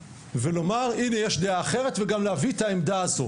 ולומר הנה יש דעה אחרת וגם להביא את העמדה הזו,